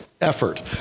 effort